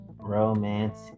romance